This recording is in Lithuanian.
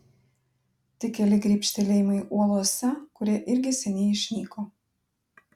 tik keli grybštelėjimai uolose kurie irgi seniai išnyko